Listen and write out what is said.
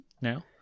now